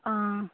অঁ